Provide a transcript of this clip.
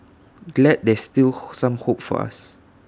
glad there's still some hope for us